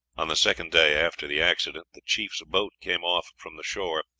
on the second day after the accident, the chief's boat came off from the shore,